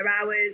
hours